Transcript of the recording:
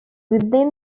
within